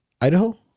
Idaho